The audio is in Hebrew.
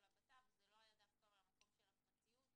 הבט"פ זה לא היה דווקא מהמקום של הפרטיות,